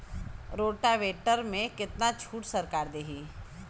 Rotavator में कितना छूट सरकार देही?